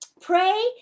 Pray